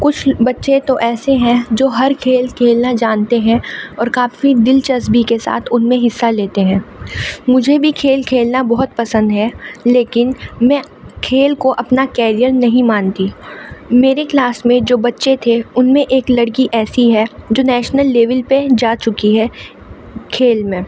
کچھ بچے تو ایسے ہیں جو ہر کھیل کھیلنا جانتے ہیں اور کافی دلچسپی کے ساتھ ان میں حصہ لیتے ہیں مجھے بھی کھیل کھیلنا بہت پسند ہے لیکن میں کھیل کو اپنا کیرئر نہیں مانتی میرے کلاس میں جو بچے تھے ان میں ایک لڑکی ایسی ہے جو نیشنل لیول پہ جا چکی ہے کھیل میں